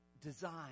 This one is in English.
design